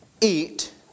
eat